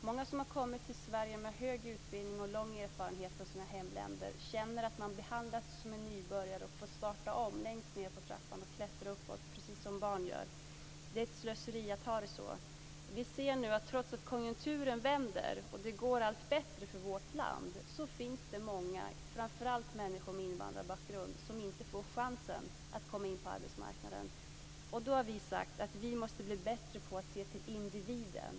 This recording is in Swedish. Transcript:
Många som har kommit till Sverige med hög utbildning och lång erfarenhet från sina hemländer känner att de behandlas som nybörjare och får starta om längst ned på trappan och klättra uppåt, precis som barn gör. Det är ett slöseri att ha det så. Vi ser nu att trots att konjunkturen vänder och det går allt bättre för vårt land finns det många, framför allt människor med invandrarbakgrund, som inte får chansen att komma in på arbetsmarknaden. Då har vi sagt att vi måste bli bättre på att se till individen.